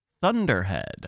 Thunderhead